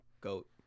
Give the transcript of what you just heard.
goat